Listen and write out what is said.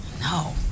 No